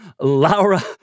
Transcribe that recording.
Laura